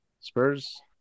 Spurs